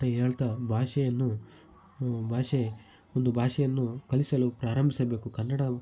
ಅಂತ ಹೇಳ್ತಾ ಭಾಷೆಯನ್ನು ಭಾಷೆ ಒಂದು ಭಾಷೆಯನ್ನು ಕಲಿಸಲು ಪ್ರಾರಂಭಿಸಬೇಕು ಕನ್ನಡ